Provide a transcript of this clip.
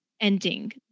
ending